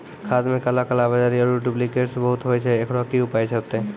खाद मे काला कालाबाजारी आरु डुप्लीकेसी बहुत होय छैय, एकरो की उपाय होते?